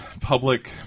public